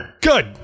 good